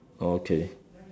oh okay